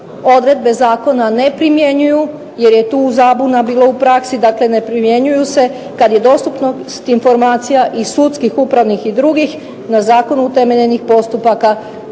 odredbe zakona ne primjenjuju, jer je tu zabuna bilo u praksi, dakle ne primjenjuju se kad je dostupnost informacija i sudskih upravnih i drugih na zakonu utemeljenih postupaka